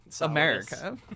America